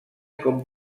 com